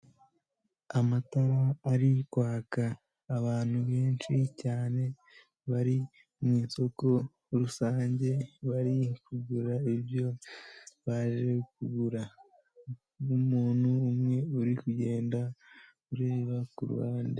Amatara ari kwaka, abantu benshi cyane bari mu isoko rusange bari kugura ibyo baje kugura, n'umuntu umwe uri kugenda ureba ku ruhande.